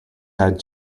head